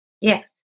Yes